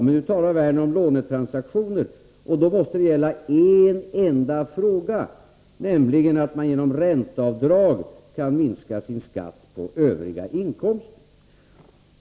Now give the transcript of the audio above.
Men nu talar Werner om lånetransaktioner, och då måste det gälla en enda fråga, nämligen att man genom ränteavdrag kan minska sin skatt på övriga inkomster.